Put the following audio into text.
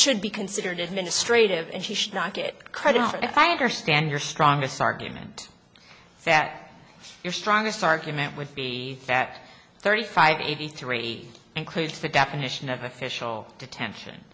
should be considered administrative and he should not get credit for it if i understand your strongest argument fak your strongest argument would be fact thirty five eighty three includes the definition of official detention